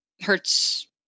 hurts